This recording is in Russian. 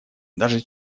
даже